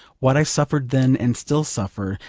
what i suffered then, and still suffer,